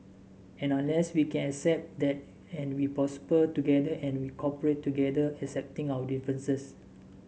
and unless we can accept that and we prosper together and we cooperate together accepting our differences